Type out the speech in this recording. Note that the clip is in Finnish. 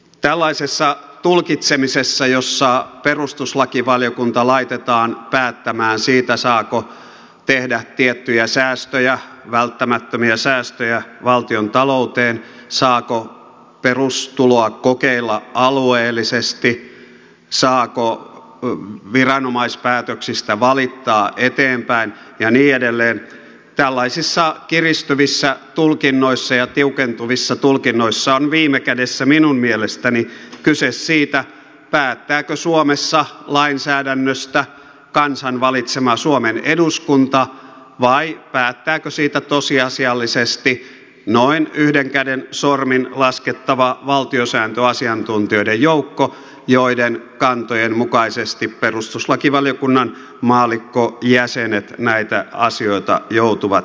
tällaisessa tulkitsemisessa jossa perustuslakivaliokunta laitetaan päättämään siitä saako tehdä tiettyjä välttämättömiä säästöjä valtiontalouteen saako perustuloa kokeilla alueellisesti saako viranomaispäätöksistä valittaa eteenpäin ja niin edelleen tällaisissa kiristyvissä ja tiukentuvissa tulkinnoissa on viime kädessä minun mielestäni kyse siitä päättääkö suomessa lainsäädännöstä kansan valitsema suomen eduskunta vai päättääkö siitä tosiasiallisesti noin yhden käden sormin laskettava valtiosääntöasiantuntijoiden joukko joiden kantojen mukaisesti perustuslakivaliokunnan maallikkojäsenet näitä asioita joutuvat ratkaisemaan